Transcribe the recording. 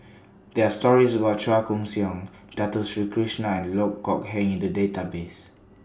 There Are stories about Chua Koon Siong Dato Sri Krishna and Loh Kok Heng in The Database